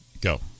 Go